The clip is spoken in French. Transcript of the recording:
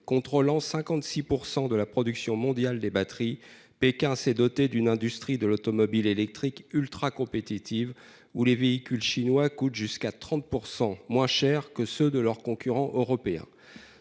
contrôlant 56% de la production mondiale des batteries. Pékin s'est doté d'une industrie de l'automobile électrique ultra-compétitive ou les véhicules chinois coûte jusqu'à 30% moins chers que ceux de leurs concurrents européens.